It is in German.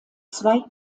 zwei